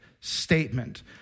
statement